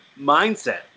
mindset